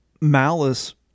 malice